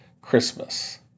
Christmas